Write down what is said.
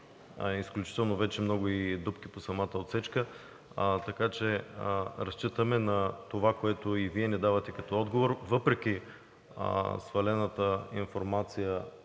изключително много дупки по самата отсечка. Така че разчитаме на това, което и Вие ни давате като отговор, въпреки свалената информация